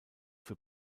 für